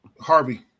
Harvey